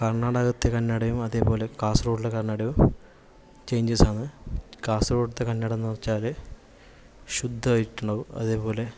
കർണാടകത്തെ കന്നഡയും അതുപോലെ കാസർകോഡിലെ കന്നഡയും ചേഞ്ച്സാന്ന് കാസർകോഡത്തെ കന്നഡ എന്നു വെച്ചാൽ ശുദ്ധമായിട്ടുണ്ടാകും അതേപോലെ